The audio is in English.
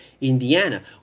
Indiana